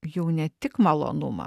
jau ne tik malonumą